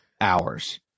hours